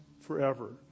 forever